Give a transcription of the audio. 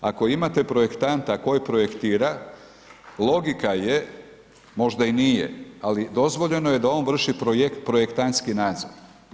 Ako imate projektanta koji projektira logika je, možda i nije ali dozvoljeno je da on vrši projekt, projektantski nadzor.